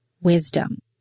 wisdom